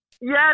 Yes